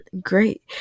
great